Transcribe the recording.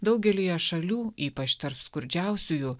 daugelyje šalių ypač tarp skurdžiausiųjų